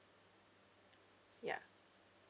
ya